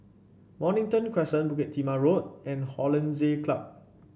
Mornington Crescent Bukit Timah Road and Hollandse Club